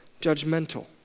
judgmental